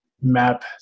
map